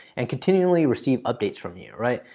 and continually receive updates from you, right?